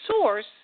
Source